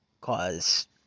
cause